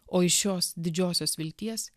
o iš šios didžiosios vilties